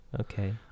Okay